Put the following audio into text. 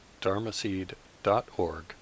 dharmaseed.org